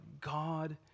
God